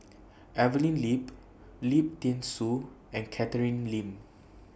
Evelyn Lip Lim Thean Soo and Catherine Lim